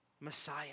Messiah